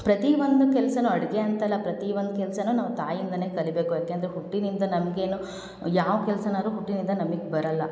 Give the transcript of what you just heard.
ಪ್ರತಿಯೊಂದು ಕೆಲಸನು ಅಡುಗೆ ಅಂತಲ್ಲ ಪ್ರತಿಯೊಂದ್ ಕೆಲಸನು ನಾವು ತಾಯಿಯಿಂದಲೇ ಕಲಿಯಬೇಕು ಏಕೆಂದ್ರೆ ಹುಟ್ಟಿನಿಂದ ನಮಗೇನು ಯಾವ ಕೆಲ್ಸನಾದ್ರು ಹುಟ್ಟಿನಿಂದ ನಮಗ್ ಬರಲ್ಲ